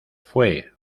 fue